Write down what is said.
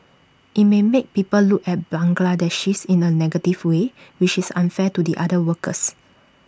IT may make people look at Bangladeshis in A negative way which is unfair to the other workers